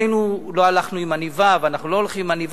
שנינו לא הלכנו עם עניבה ואנחנו לא הולכים עם עניבה,